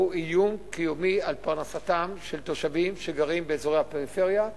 הוא איום קיומי על פרנסתם של תושבים שגרים באזורי הפריפריה,